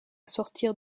sortir